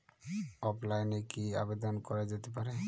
অফলাইনে কি আবেদন করা যেতে পারে?